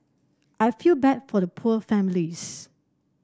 I feel bad for the poor families